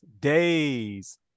days